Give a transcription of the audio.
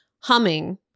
humming